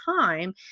time